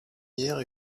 lumière